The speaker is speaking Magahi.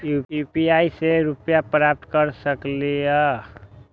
यू.पी.आई से रुपए प्राप्त कर सकलीहल?